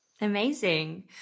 Amazing